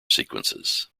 sequences